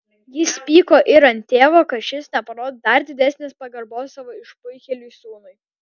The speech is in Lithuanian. jis pyko ir ant tėvo kad šis neparodo dar didesnės pagarbos savo išpuikėliui sūnui